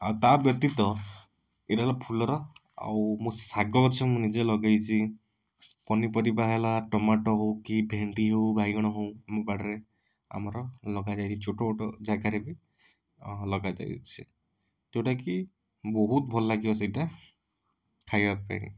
ଆଉ ତା' ବ୍ୟତୀତ ଏଇରା ହେଲା ଫୁଲରା ଆଉ ମୁଁ ଶାଗ ଗଛ ମୁଁ ନିଜେ ଲଗାଇଛି ପନିପରିବା ହେଲା ଟମାଟୋ ହଉ କି ଭେଣ୍ଡି ହଉ ବାଇଗଣ ହଉ ମୁଁ ବାଡ଼ିରେ ଆମର ଲଗାଯାଇଛି ଛୋଟ ଗୋଟ ଜାଗାରେ ବି ଲଗାଯାଇଛି ଯେଉଁଟା କି ବହୁତ ଭଲ ଲାଗିବ ସେଇଟା ଖାଇବା ପାଇଁ